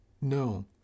No